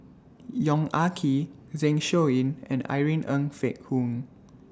Yong Ah Kee Zeng Shouyin and Irene Ng Phek Hoong